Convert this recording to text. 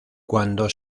cuando